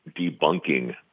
debunking